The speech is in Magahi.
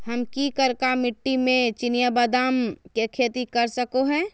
हम की करका मिट्टी में चिनिया बेदाम के खेती कर सको है?